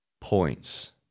points